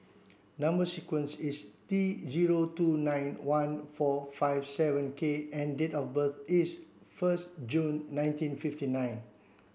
number sequence is T zero two nine one four five seven K and date of birth is first June nineteen fifty nine